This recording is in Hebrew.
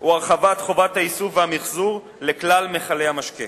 הוא הרחבת חובת האיסוף והמיחזור לכלל מכלי המשקה,